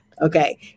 Okay